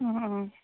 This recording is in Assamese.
অঁ অঁ